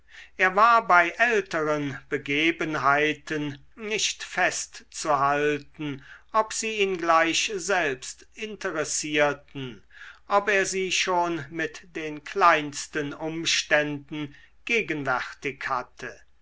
er war bei älteren begebenheiten nicht festzuhalten ob sie ihn gleich selbst interessierten ob er sie schon mit den kleinsten umständen gegenwärtig hatte